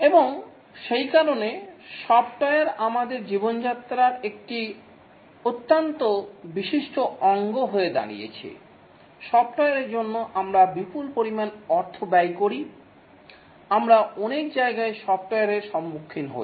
এবং সেই কারণে সফ্টওয়্যার আমাদের জীবনযাত্রার একটি অত্যন্ত বিশিষ্ট অঙ্গ হয়ে দাঁড়িয়েছে সফটওয়্যারের জন্য আমরা বিপুল পরিমাণ অর্থ ব্যয় করি আমরা অনেক জায়গায় সফটওয়্যারের সম্মুখীন হই